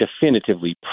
definitively